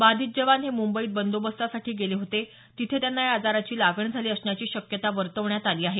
बाधित जवान हे मुंबईत बंदोबस्तासाठी गेले होते तिथे त्यांना या आजाराची लागण झाली असण्याची शक्यता वर्तवण्यात आली आहे